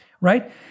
right